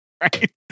Right